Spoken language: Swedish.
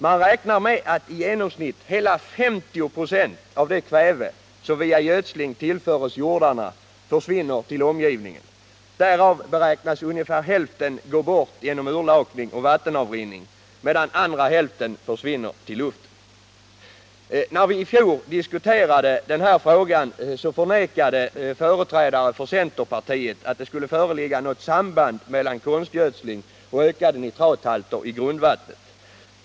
Man räknar med att i genomsnitt hela 50 96 av det kväve som via gödsling tillförs jordarna försvinner till omgivningen. Därav beräknas ungefär hälften gå bort genom utlakning och vattenavrinning, medan andra hälften försvinner till luften. När vi i fjol diskuterade den här frågan förnekade företrädare för centerpartiet att det skulle föreligga något samband mellan konstgödsling och ökade nitrathalter i grundvattnet.